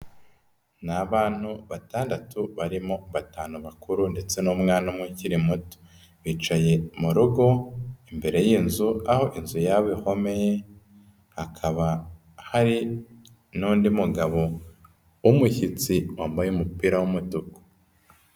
Ni abantu batandatu barimo batanu bakuru ndetse n'umwana umwe ukiri muto, bicaye mu rogo imbere y'inzu aho inzu yabo ihomeye, hakaba hari n'undi mugabo w'umushyitsi wambaye umupira w'umutuku.